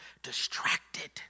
distracted